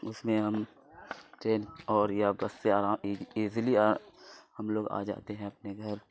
اس میں ہم ٹرین اور یا بس سے ایزلی ہم لوگ آ جاتے ہیں اپنے گھر